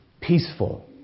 peaceful